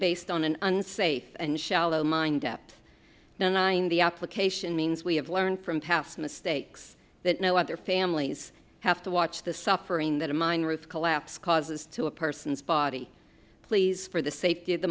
based on an unsafe and shallow mind up no nine the application means we have learned from past mistakes that no other families have to watch the suffering that a mine roof collapse causes to a person's body please for the safety of the